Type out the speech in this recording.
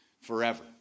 forever